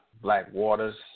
Blackwater's